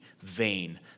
vain